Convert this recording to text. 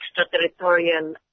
extraterritorial